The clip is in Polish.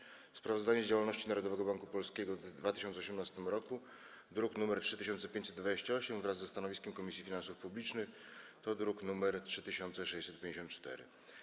25. Sprawozdanie z działalności Narodowego Banku Polskiego w 2018 roku (druk nr 3528) wraz ze stanowiskiem Komisji Finansów Publicznych (druk nr 3654)